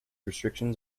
restrictions